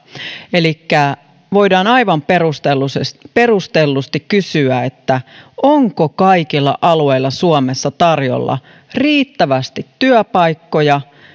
elikkä voidaan aivan perustellusti perustellusti kysyä onko kaikilla alueilla suomessa tarjolla riittävästi työpaikkoja